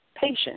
patient